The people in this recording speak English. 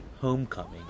Homecoming